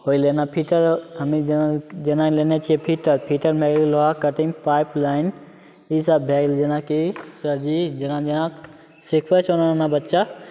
होइले ओना फिटर हमे जेना जेना लेने छिए फिटर फिटरमे लोहा कटिन्ग पाइप लाइन ईसब भै गेल जेनाकि सरजी जेना जेना सिखबै छै ओना ओना बच्चा